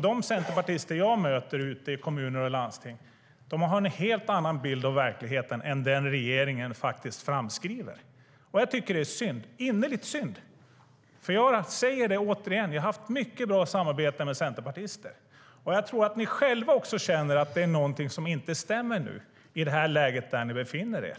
De centerpartister som jag möter ute i kommuner och landsting har nämligen en helt annan bild av verkligheten än den som regeringen framskriver. Jag tycker att det är synd, innerligt synd. Jag säger det återigen: Jag har haft mycket bra samarbete med centerpartister. Jag tror att ni själva också känner att det är någonting som inte stämmer nu, i det läge som ni befinner er